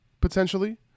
potentially